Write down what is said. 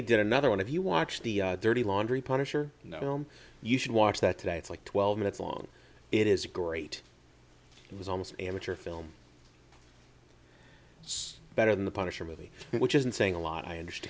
he did another one if you watch the dirty laundry punisher you know you should watch that today it's like twelve minutes long it is great it was almost a mature film it's better than the punisher movie which isn't saying a lot i understood